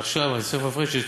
ועכשיו יש תוספת,